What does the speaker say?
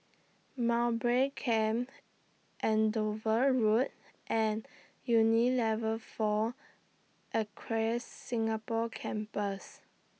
Mowbray Camp Andover Road and Unilever four Acres Singapore Campus